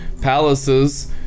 palaces